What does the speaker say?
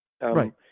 Right